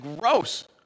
gross